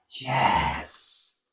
Yes